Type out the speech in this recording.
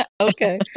Okay